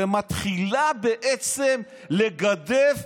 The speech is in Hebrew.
ומתחילה בעצם לגדף,